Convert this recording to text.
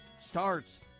starts